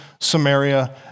Samaria